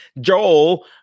Joel